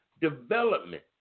development